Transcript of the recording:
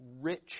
rich